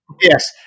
Yes